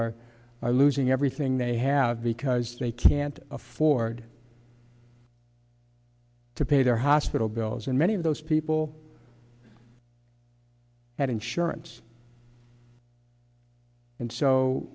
are losing everything they have because they can't afford to pay their hospital bills and many of those people had insurance and so